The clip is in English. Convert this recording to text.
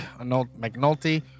McNulty